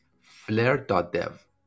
flare.dev